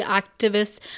activists